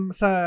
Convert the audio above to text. sa